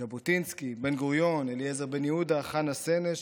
ז'בוטינסקי, בן-גוריון, אליעזר בן יהודה, חנה סנש,